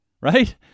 right